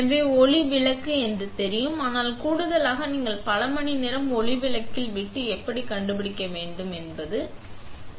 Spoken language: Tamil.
எனவே ஒளி விளக்கை என்று தெரியும் ஆனால் கூடுதலாக நீங்கள் பல மணி நேரம் ஒளி விளக்கில் விட்டு எப்படி கண்டுபிடிக்க வேண்டும் என்று கூடுதலாக